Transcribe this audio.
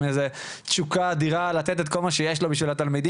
עם איזו תשוקה אדירה לתת את כל מה שיש לו לתלמידים,